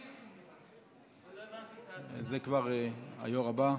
לא הבנתי, זה כבר היו"ר הבא.